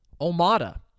Omada